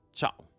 ciao